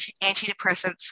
antidepressants